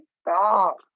Stop